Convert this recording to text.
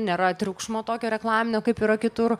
nėra triukšmo tokio reklaminio kaip yra kitur